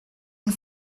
and